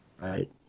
right